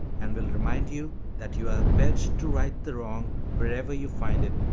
and will remind you that you are pledged to right the wrong wherever you find it,